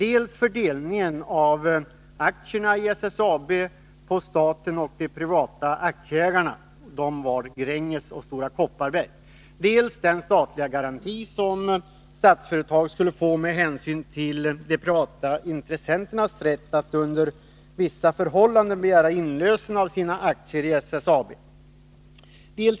En var fördelningen av aktierna i SSAB på staten och de privata aktieägarna, Gränges och Stora Kopparberg. En annan var den statliga garanti som Statsföretag skulle få med hänsyn till de privata intressenternas rätt att under vissa förhållanden begära inlösen av sina aktier i SSAB.